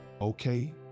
Okay